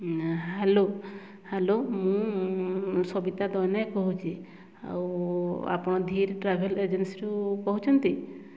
hello hello ମୁଁ ସବିତା କହୁଛି ଆଉ ଆପଣ ଧୀର୍ ଟ୍ରାଭେଲ୍ସ ଏଜେନ୍ସିରୁ କହୁଛନ୍ତି